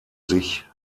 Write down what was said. sich